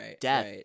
death